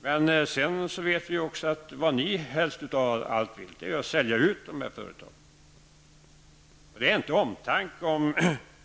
Men vi vet också att vad ni helst av allt vill är att sälja ut dessa företag. Det är inte fråga om omtanke om